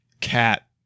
Cat